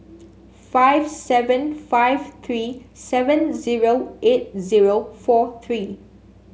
five seven five three seven zero eight zero four three